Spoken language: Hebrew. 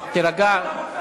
תירגע.